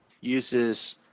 uses